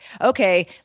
okay